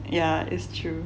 ya it's true